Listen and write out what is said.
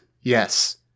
Yes